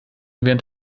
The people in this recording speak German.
während